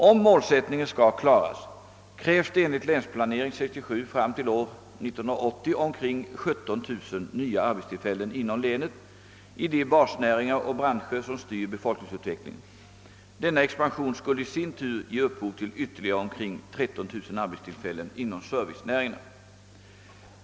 Om målsättningen skall klaras krävs det enligt Länsplanering 1967 fram till år 1980 omkring 17 000 nya arbetstillfällen inom länet i de basnäringar och branscher som styr befolkningsutvecklingen. Denna expansion skulle i sin tur ge upphov till ytterligare omkring 13 000 arbetstillfällen inom servicenäringarna.